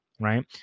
right